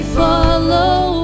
follow